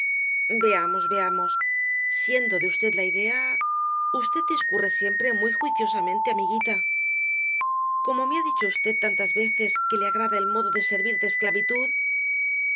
veamos veamos siendo de v la idea v discurre siempre muy juiciosamente amiguita como me ha dicho v tantas veces que le agrada el modo de servir de esclavitud